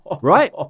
Right